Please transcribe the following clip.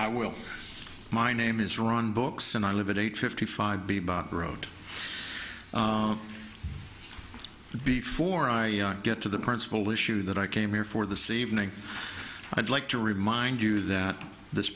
i will my name is ron books and i live at eight fifty five b by road before i get to the principal issue that i came here for the season and i'd like to remind you that this